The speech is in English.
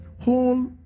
whole